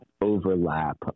overlap